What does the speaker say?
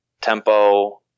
tempo